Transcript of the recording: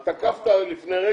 מה